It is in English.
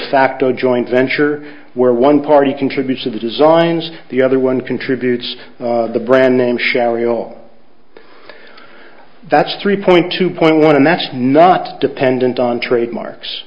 defacto joint venture where one party contributes to the designs the other one contributes the brand name shall we all that's three point two point one and that's not dependent on trademarks